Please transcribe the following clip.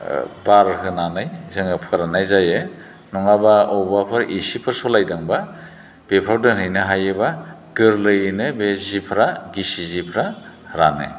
बार होनानै जोङो फोराननाय जायो नङाब्ला बबेयावबाफोर एसिफोर सालायदोंबा बेफोराव दोनहैनो हायोबा गोरलैयैनो बे सिफोरा गिसि सिफोरा रानो